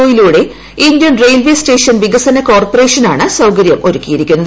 O യിലൂടെ Indian railway station വികസന കോർപ്പറേഷനാണ് സൌകര്യം ഒരുക്കിയിരിക്കുന്നത്